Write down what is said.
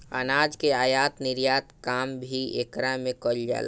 अनाज के आयत निर्यात के काम भी एकरा में कईल जाला